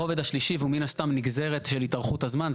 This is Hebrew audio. רובד שהוא מן הסתם נגזרת של התארכות הזמן,